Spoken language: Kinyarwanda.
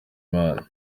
imana